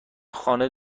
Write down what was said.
خانه